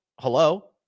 hello